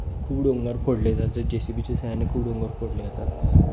खूप डोंगर फोडले जातात जे सी बीचे साह्याने खूप डोंगर फोडले जातात